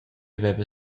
veva